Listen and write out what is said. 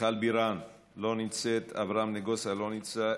מיכל בירן, לא נמצאת, אברהם נגוסה, לא נמצא,